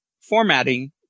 formatting